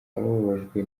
ababajwe